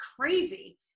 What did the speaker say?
crazy